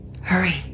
hurry